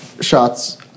shots